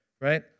right